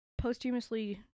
posthumously